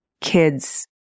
kids